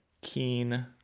keen